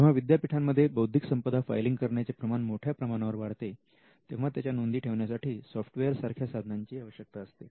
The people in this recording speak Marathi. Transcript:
जेव्हा विद्यापीठामध्ये बौद्धिक संपदा फायलिंग करण्याचे प्रमाण मोठ्या प्रमाणावर वाढते तेव्हा त्याच्या नोंदी ठेवण्यासाठी सॉफ्टवेअर सारख्या साधनांची आवश्यकता असते